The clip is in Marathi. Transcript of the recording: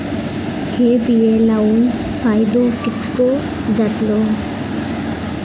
हे बिये लाऊन फायदो कितको जातलो?